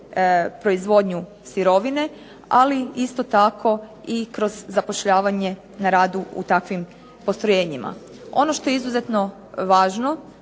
proizvodnju sirovine, ali isto tako i kroz zapošljavanje na radu u takvim postrojenjima. Ono što je izuzetno važno